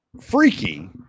freaky